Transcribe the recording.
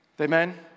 Amen